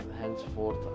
henceforth